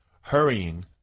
hurrying